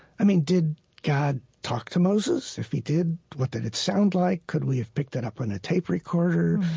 i mean, did god talk to moses? if he did, what did it sound like? could we have picked it up on a tape recorder?